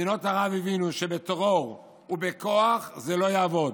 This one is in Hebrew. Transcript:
מדינות ערב הבינו שבטרור ובכוח זה לא יעבוד,